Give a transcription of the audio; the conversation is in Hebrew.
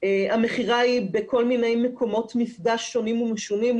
המכירה היא בכל מיני מקומות מפגש שונים ומשונים,